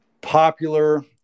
popular